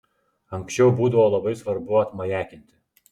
anksčiau būdavo labai svarbu atmajakinti